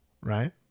right